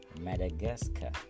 madagascar